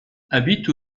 habite